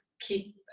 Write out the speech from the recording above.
keep